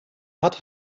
had